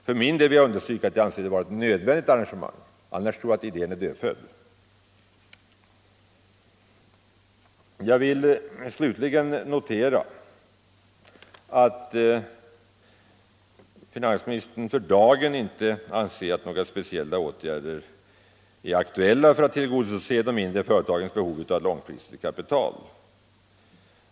För min del anser jag det vara ett nödvändigt arrangemang; annars är idén dödfödd. Jag vill slutligen notera att finansministern för dagen inte anser att några speciella åtgärder är aktuella för att tillgodose de mindre företagens behov av långfristigt kapital.